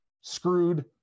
screwed